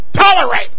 tolerate